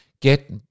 get